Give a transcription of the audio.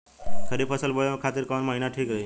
खरिफ फसल बोए खातिर कवन महीना ठीक रही?